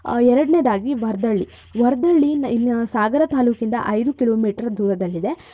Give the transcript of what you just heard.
ಎರಡನೇದಾಗಿ ವರದಹಳ್ಳಿ ವರದಹಳ್ಳಿ ಸಾಗರ ತಾಲೂಕಿಂದ ಐದು ಕಿಲೋಮೀಟರ್ ದೂರದಲ್ಲಿದೆ